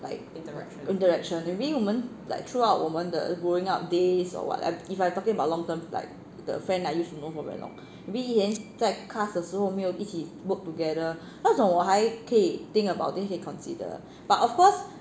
like interaction maybe 我们 like throughout 我们的 growing up days or what if I talking about long term like friend I use to know for very long maybe 在 class 的时候没有一起 work together 那种我还可以 think about it can consider but of course